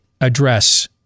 address